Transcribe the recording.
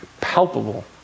palpable